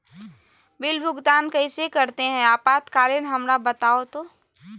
Bill भुगतान कैसे करते हैं आपातकालीन हमरा बताओ तो?